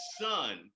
son